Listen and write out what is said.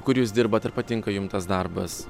kur jūs dirbat ar patinka jum tas darbas